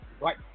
Right